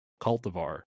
cultivar